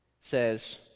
says